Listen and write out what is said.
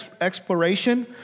exploration